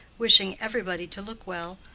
wishing everybody to look well,